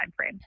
timeframe